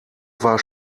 war